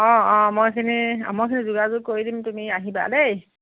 অঁ অঁ মই এইখিনি মই এইখিনি যোগাযোগ কৰি দিম তুমি আহিবা দেই